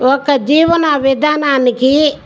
ఒక జీవన విధానానికి